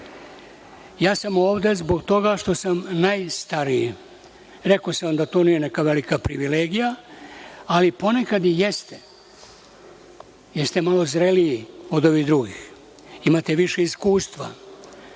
sam ovde zbog toga što sam najstariji. Rekao sam da to nije neka velika privilegija, ali ponekad i jeste, jer ste malo zreliji od ovih drugih. Imate više iskustva.